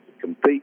compete